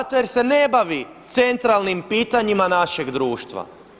Zato jer se ne bavi centralnim pitanjima našeg društva.